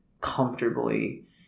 comfortably